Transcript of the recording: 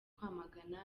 kwamagana